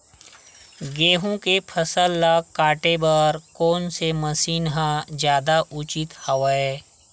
गेहूं के फसल ल काटे बर कोन से मशीन ह जादा उचित हवय?